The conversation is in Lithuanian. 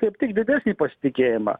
kaip tik didesnį pasitikėjimą